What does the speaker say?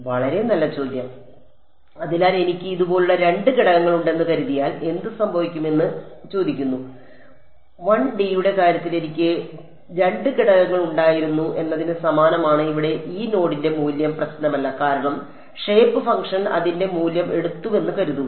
വളരെ നല്ല ചോദ്യം അതിനാൽ എനിക്ക് ഇതുപോലുള്ള 2 ഘടകങ്ങൾ ഉണ്ടെന്ന് കരുതിയാൽ എന്ത് സംഭവിക്കുമെന്ന് അവനോട് ചോദിക്കുന്നു 1D യുടെ കാര്യത്തിൽ എനിക്ക് 2 ഘടകങ്ങൾ ഉണ്ടായിരുന്നു എന്നതിന് സമാനമാണ് ഇവിടെ ഈ നോഡിന്റെ മൂല്യം പ്രശ്നമല്ല കാരണം ഷേപ്പ് ഫംഗ്ഷൻ അതിന്റെ മൂല്യം എടുത്തുവെന്ന് കരുതുക